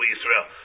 Israel